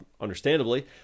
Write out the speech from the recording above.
understandably